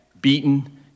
beaten